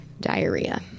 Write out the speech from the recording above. diarrhea